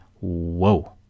Whoa